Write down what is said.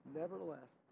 Nevertheless